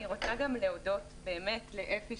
אני רוצה להודות באמת לאפי,